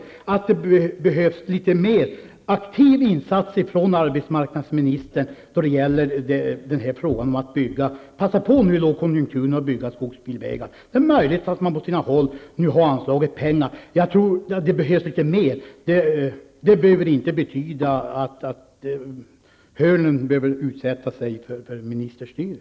Jag vidhåller att det behövs en mer aktiv insats från arbetsmarknadsministerns sida. Passa på nu i lågkonjunkturen att bygga skogsbilvägar! Det är möjligt att man på sina håll har anslagit pengar. Jag tror att det behövs mer. Det behöver inte betyda att Hörnlund utsätter sig för att bli beskylld för ministerstyre.